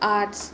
arts